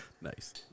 Nice